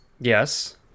Yes